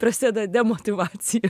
prasideda demotyvacija